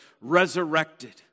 resurrected